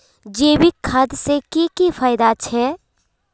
जैविक खाद से की की फायदा छे?